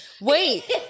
Wait